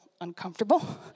uncomfortable